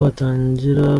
batangira